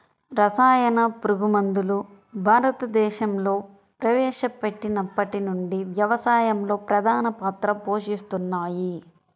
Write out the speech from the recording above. రసాయన పురుగుమందులు భారతదేశంలో ప్రవేశపెట్టినప్పటి నుండి వ్యవసాయంలో ప్రధాన పాత్ర పోషిస్తున్నాయి